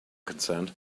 concerned